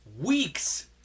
weeks